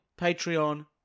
Patreon